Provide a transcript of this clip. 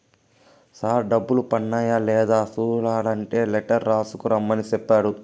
sir డబ్బులు పన్నాయ లేదా సూడలంటే లెటర్ రాసుకు రమ్మని సెప్పాడు